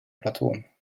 platon